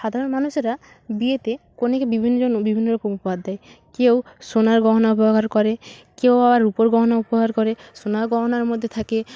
সাধারণ মানুষেরা বিয়েতে কনেকে বিভিন্ন জন বিভিন্ন রকম উপহার দেয় কেউ সোনার গহনা উপহার করে কেউ আবার রুপোর গহনা উপহার করে সোনার গহনার মধ্যে থাকে